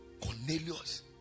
Cornelius